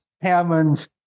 Hammonds